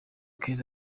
keys